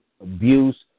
abuse